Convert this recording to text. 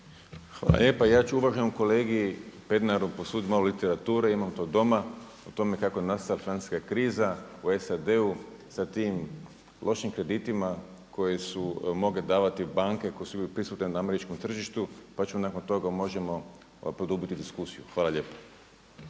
Hvala lijepa. Ja ću uvaženom kolegi Pernaru posuditi malo literature, imam to doma, o tome kako je nastala francuska kriza u SAD-u sa tim lošim kreditima koji su mogle davati banke koje su bile prisutne na američkom tržištu pa onda nakon toga možemo produbiti diskusiju. Hvala lijepa.